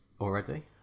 already